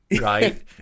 Right